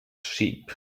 sheep